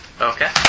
Okay